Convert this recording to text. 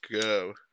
go